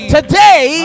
Today